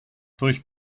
durch